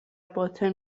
باطن